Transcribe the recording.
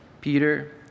Peter